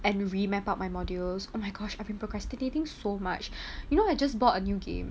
and re map out my modules on my gosh I've been procrastinating so much you know I just bought a new game